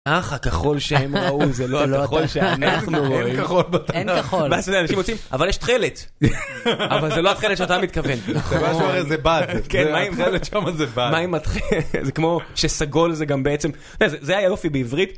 אחח הכחול שהם ראו, זה לא הכחול שאנחנו רואים. אין כחול בתחום. בסדר, מה שאתה יודע, אנשים רוצים, אבל יש תכלת. אבל זה לא התכלת שאתה מתכוון. נכון. זה מה שאומרים, זה באג. כן, מה עם התכלת שם, זה באג. מה עם התכלת, זה כמו שסגול זה גם בעצם... זה היופי בעברית.